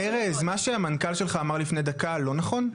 ארז, מה שהמנכ"ל שלך אמר לפני דקה, לא נכון?